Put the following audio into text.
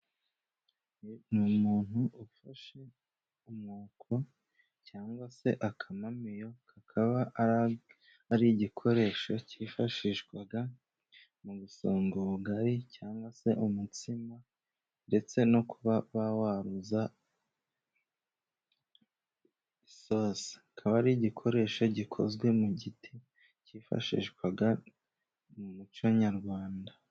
Ni umuntu ufashe umwuko cyangwa se akamamiyo. Kakaba ari igikoresho cyifashishwaga mu gusongo ubugari cyangwa se umutsima ndetse no kuba wawaruza isosi. Akaba ari igikoresho gikozwe mu giti cyifashishwaga mu muco nyarwanda.